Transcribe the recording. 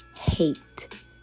hate